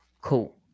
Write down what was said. Cool